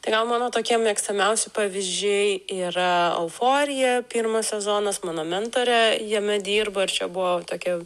tai gal mano tokie mėgstamiausi pavyzdžiai yra euforija pirmas sezonas mano mentorė jame dirba ir čia buvo tokia